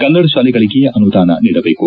ಕನ್ನಡ ಶಾಲೆಗಳಗೆ ಅನುದಾನ ನೀಡಬೇಕು